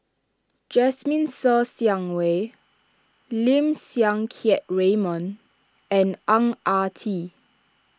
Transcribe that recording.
Jasmine Ser Xiang Wei Lim Siang Keat Raymond and Ang Ah Tee